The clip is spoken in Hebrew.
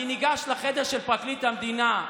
אני ניגש לחדר של פרקליט המדינה,